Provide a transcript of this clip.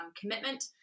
commitment